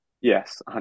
Yes